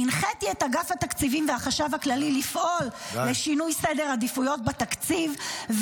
הנחיתי את אגף התקציבים והחשב הכללי לפעול לשינוי סדר עדיפויות בתקציב,